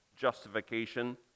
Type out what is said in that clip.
justification